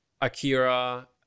Akira